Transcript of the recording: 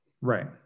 Right